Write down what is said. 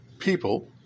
people